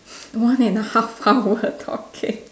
one and a half hour talking